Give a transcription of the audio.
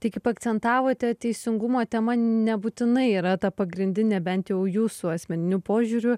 tai kaip akcentavote teisingumo tema nebūtinai yra ta pagrindinė bent jau jūsų asmeniniu požiūriu